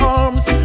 arms